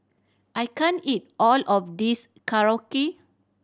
I can't eat all of this Korokke